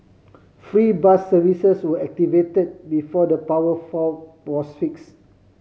free bus services were activated before the power fault was fixed